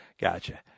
Gotcha